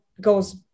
goes